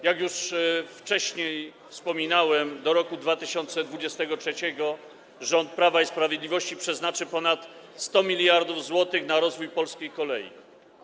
Jak już wcześniej wspominałem, do roku 2023 rząd Prawa i Sprawiedliwości przeznaczy ponad 100 mld zł na rozwój polskiej kolei.